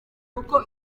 uko